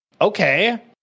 okay